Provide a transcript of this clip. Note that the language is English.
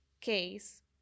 case